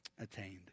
attained